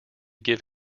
give